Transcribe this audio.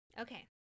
Okay